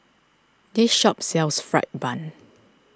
this shop sells Fried Bun